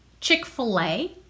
Chick-fil-A